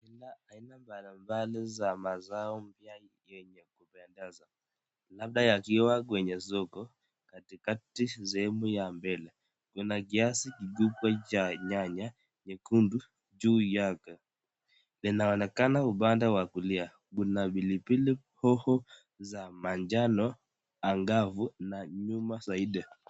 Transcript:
Haina balabala za mazao pia yenye kupendeza. Labda yakiwa kwenye soko katikati sehemu ya mbili. Kuna kiasi kidogo cha nyanya nyekundu juu yake. Linaonekana upande wa kulia. Kuna pilipili hoho za manjano angavu na nyuma zaidi.